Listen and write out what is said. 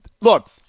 look –